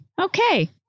okay